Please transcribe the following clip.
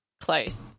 close